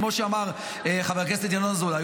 כמו שאמר חבר הכנסת ינון אזולאי,